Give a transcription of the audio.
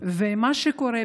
מה שקורה,